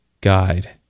guide